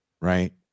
right